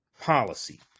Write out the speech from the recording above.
policy